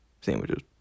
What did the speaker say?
sandwiches